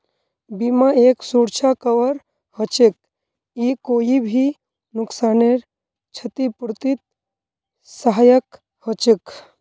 बीमा एक सुरक्षा कवर हछेक ई कोई भी नुकसानेर छतिपूर्तित सहायक हछेक